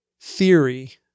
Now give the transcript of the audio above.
theory